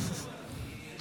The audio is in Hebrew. פה דיונים.